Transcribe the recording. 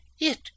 It